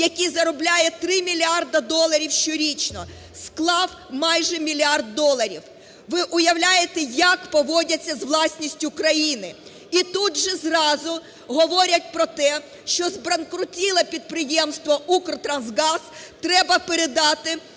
який заробляє 3 мільярди доларів щорічно, склав майже мільярд доларів. Ви уявляєте, як поводяться з власністю країни? І тут же зразу говорять про те, що збанкрутіле підприємство "Укртрансгаз" треба передати